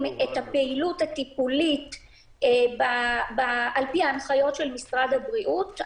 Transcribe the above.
את הפעילות הטיפולית על-פי ההנחיות של משרד הבריאות.